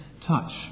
touch